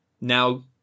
now